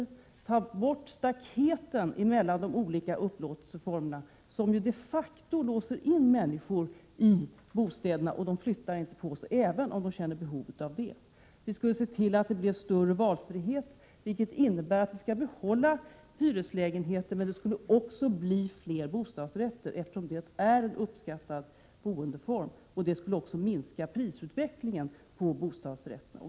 Vi skulle ta bort staketen mellan de olika upplåtelseformerna, som ju de facto låser in människor i sina bostäder — de flyttar inte på sig även om de känner behov av det. Vi skulle se till att det blev större valfrihet, vilket innebär att vi skulle behålla hyreslägenheterna men också låta det bli fler bostadsrätter, eftersom det är en uppskattad boendeform. Detta skulle också minska prisutvecklingen på bostadsrätterna.